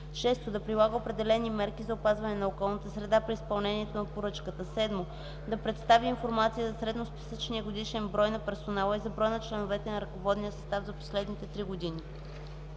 6. да прилага определени мерки за опазване на околната среда при изпълнението на поръчката; 7. да представи информация за средносписъчния годишен брой на персонала и за броя на членовете на ръководния състав за последните три години;